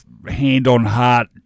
hand-on-heart